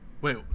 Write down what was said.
Wait